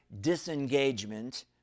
disengagement